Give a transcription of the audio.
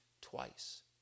twice